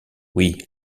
oui